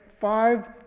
five